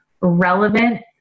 relevant